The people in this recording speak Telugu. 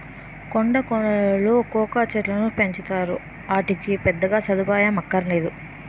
కొండా కోనలలో కోకా చెట్టుకును పెంచుతారు, ఆటికి పెద్దగా సదుపాయం అక్కరనేదు